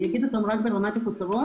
אני אגיד אותם ברמת הכותרות,